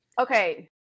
Okay